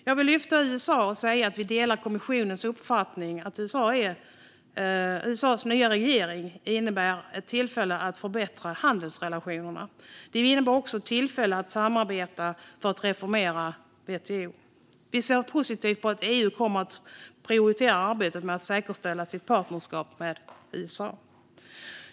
Jag vill lyfta fram USA och säga att vi delar kommissionens uppfattning att USA:s nya regering innebär ett tillfälle att förbättra handelsrelationerna. Den innebär också ett tillfälle att samarbeta för att reformera WTO. Vi ser positivt på att EU kommer att prioritera arbetet med att säkerställa sitt partnerskap med USA.